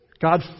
God